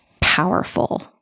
powerful